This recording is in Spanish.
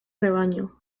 rebaño